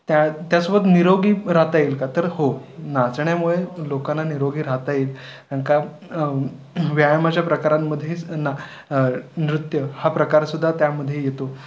त्या त्यासोबत निरोगी राहता येईल का तर हो नाचण्यामुळे लोकांना निरोगी राहता येईल आणि का व्यायामाच्या प्रकारांमधेच ना नृत्य हा प्रकार सुद्धा त्यामध्ये येतो